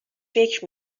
فکر